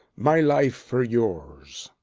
my life for yours!